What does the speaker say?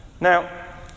Now